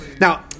Now